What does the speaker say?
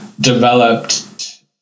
developed